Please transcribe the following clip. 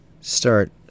start